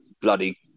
Bloody